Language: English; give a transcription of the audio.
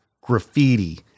graffiti